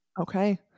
Okay